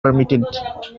permitted